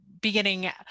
beginning